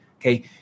okay